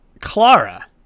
Clara